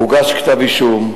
הוגש כתב-אישום.